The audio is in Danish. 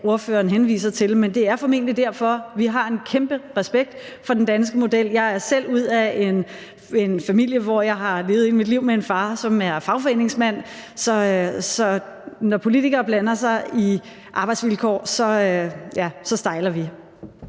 Velasquez henviser til, men det er formentlig derfor, altså fordi vi har en kæmpe respekt for den danske model. Jeg er selv ud af en familie, hvor min far var fagforeningsmand. Så når politikere blander sig i arbejdsvilkår, stejler vi.